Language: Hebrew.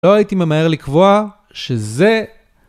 לא הייתי ממהר לקבוע שזה...